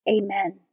Amen